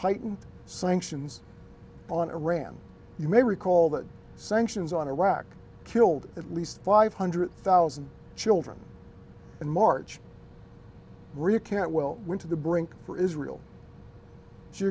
tighten sanctions on iran you may recall that sanctions on iraq killed at least five hundred thousand children in march recant well into the brink for israel she